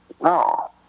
No